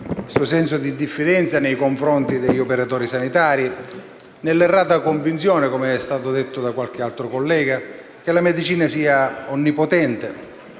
un senso di diffidenza nei confronti degli operatori sanitari, nell'errata convinzione - come è stato detto da qualche altro collega - che la medicina sia onnipotente,